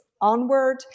onward